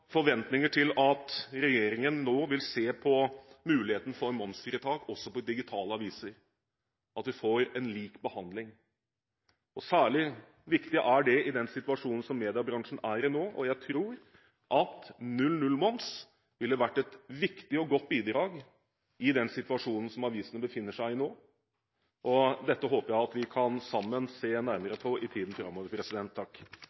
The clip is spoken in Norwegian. forventninger til at regjeringen nå vil se på muligheten for momsfritak også for digitale aviser, at vi får en lik behandling, og særlig viktig er dette i den situasjonen som mediebransjen er i nå. Jeg tror at null-null-moms ville vært et viktig og godt bidrag i den situasjonen som avisene befinner seg i nå, og dette håper jeg at vi sammen kan se